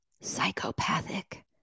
Psychopathic